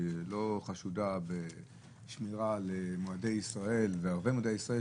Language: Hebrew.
שהיא לא חשודה בשמירה על מועדי ישראל וערבי מועדי ישראל,